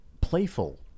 playful